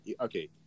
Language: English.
okay